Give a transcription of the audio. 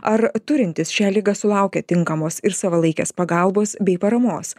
ar turintys šią ligą sulaukia tinkamos ir savalaikės pagalbos bei paramos